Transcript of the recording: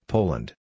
Poland